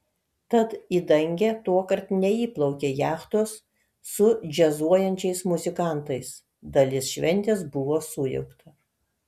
tad į dangę tuokart neįplaukė jachtos su džiazuojančiais muzikantais dalis šventės buvo sujaukta